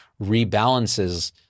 rebalances